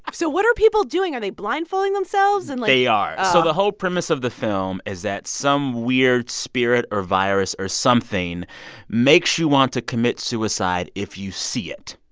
um so what are people doing? are they blindfolded themselves and like. they are oh so the whole premise of the film is that some weird spirit or virus or something makes you want to commit suicide if you see it.